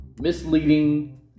misleading